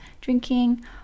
drinking